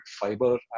fiber